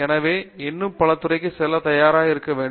எனவே இன்னும் பல துறைகளுக்கு செல்ல தயாராக இருக்க வேண்டும்